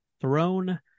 throne